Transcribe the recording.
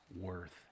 worth